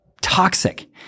toxic